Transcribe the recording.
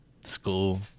school